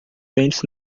dentes